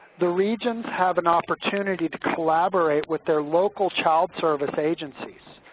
the regions have an opportunity to collaborate with their local child service agencies.